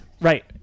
Right